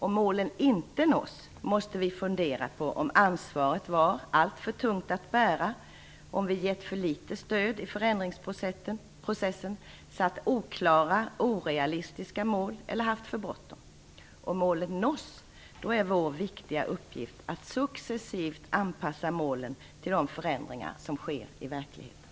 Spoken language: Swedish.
Om målen inte nås måste vi fundera på om ansvaret var alltför tungt att bära, om vi gett för litet stöd i förändringsprocessen, satt upp oklara och orealistiska mål eller haft för bråttom. Om målen nås är vår viktiga uppgift att successivt anpassa målen till de förändringar som sker i verkligheten.